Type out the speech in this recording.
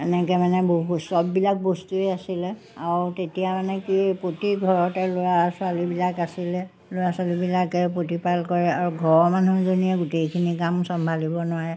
এনেকৈ মানে বহুত চববিলাক বস্তুৱেই আছিলে আৰু তেতিয়া মানে কি প্ৰতি ঘৰতে ল'ৰা ছোৱালীবিলাক আছিলে ল'ৰা ছোৱালীবিলাকেই প্ৰতিপাল কৰে আৰু ঘৰৰ মানুহজনীয়ে গোটেইখিনি কাম চম্ভালিব নোৱাৰে